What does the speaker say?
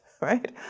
right